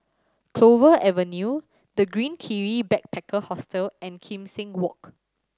Clover Avenue The Green Kiwi Backpacker Hostel and Kim Seng Walk